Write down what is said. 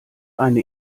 eine